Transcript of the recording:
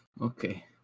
Okay